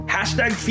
Hashtag